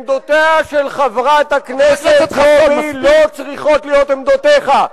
עמדותיה של חברת הכנסת חנין זועבי לא צריכות להיות עמדותיך,